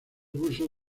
puso